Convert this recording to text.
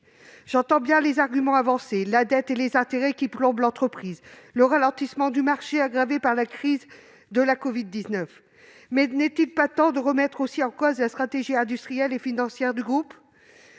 J'entends bien les arguments que l'on nous oppose, la dette et les intérêts qui plombent l'entreprise, le ralentissement du marché aggravé par la crise de la covid-19. Cependant, n'est-il pas temps de remettre en cause la stratégie industrielle et financière du groupe ?